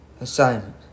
assignment